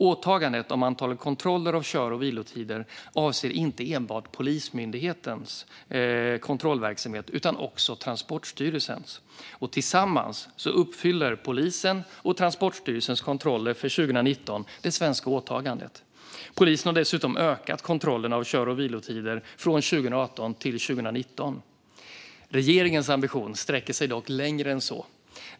Åtagandet om antalet kontroller av kör och vilotider avser inte enbart Polismyndighetens kontrollverksamhet utan också Transportstyrelsens. Tillsammans uppfyller polisens och Transportstyrelsens kontroller för 2019 det svenska åtagandet. Polisen har dessutom ökat kontrollerna av kör och vilotider från 2018 till 2019. Regeringens ambition sträcker sig dock längre än så.